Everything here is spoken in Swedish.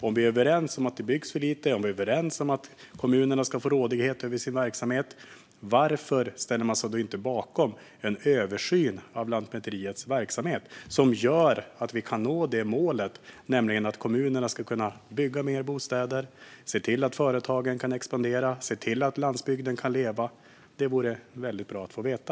Om vi är överens om att det byggs för lite och att kommunerna ska få rådighet över sin verksamhet, varför ställer man sig då inte bakom en översyn av Lantmäteriets verksamhet som gör att vi kan nå målet, nämligen att kommunerna ska kunna bygga mer bostäder och se till att företagen kan expandera och att landsbygden kan leva? Detta vore bra att få veta.